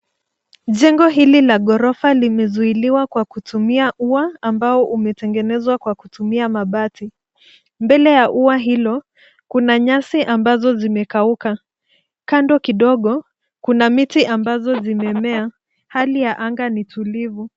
Jengo hili la ghorofa limezuiliwa kwa kutumia ua ambao umetegenezwa kwa kutumia mabati. Mbele ya ua hilo kuna nyasi ambazo zimekauka. Kando kidogo kuna miti ambazo zimemea. Hali ya anga ni tulivu.